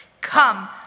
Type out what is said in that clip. Come